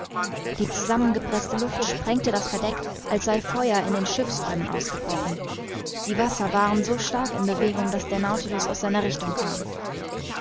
die zusammengepreßte luft sprengte das verdeck als sei feuer in den schiffsräumen ausgebrochen die wasser waren so stark in bewegung daß der nautilus aus seiner richtung kam